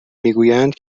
میگویند